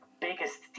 biggest